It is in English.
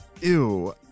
Ew